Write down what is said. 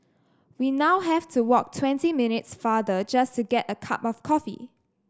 we now have to walk twenty minutes farther just to get a cup of coffee